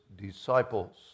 disciples